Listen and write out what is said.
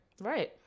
Right